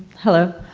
hello.